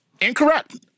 Incorrect